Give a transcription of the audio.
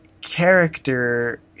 character